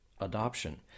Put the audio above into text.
adoption